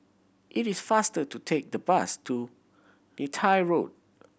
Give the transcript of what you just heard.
it is faster to take the bus to Neythai Road